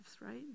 right